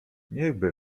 niechby